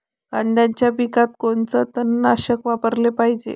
कांद्याच्या पिकात कोनचं तननाशक वापराले पायजे?